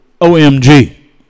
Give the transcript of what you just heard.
OMG